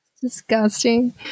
Disgusting